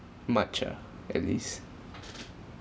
much ah at least